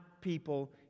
people